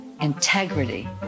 integrity